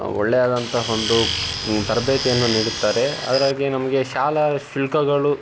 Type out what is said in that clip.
ಒಳ್ಳೆಯದಾದಂತಹ ಒಂದು ಈ ತರಬೇತಿಯನ್ನು ನೀಡುತ್ತಾರೆ ಅದರಾಗೆ ನಮಗೆ ಶಾಲಾ ಶುಲ್ಕಗಳು